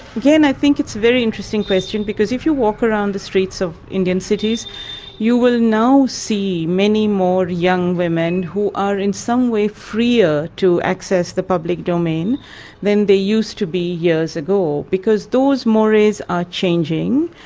again i think it's a very interesting question because if you walk around the streets of indian cities you will now see many more young women who are in some way freer to access the public domain than they used to be years ago, because those mores are changing.